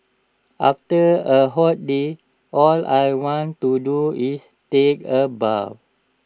after A hot day all I want to do is take A bath